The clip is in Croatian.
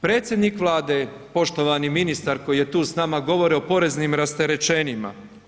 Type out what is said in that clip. Predsjednik Vlade, poštovani ministar koji je tu s nama govori o poreznim rasterećenjima.